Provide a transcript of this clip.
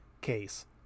case